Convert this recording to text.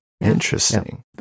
interesting